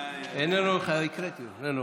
אינו נוכח,